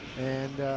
and